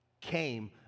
came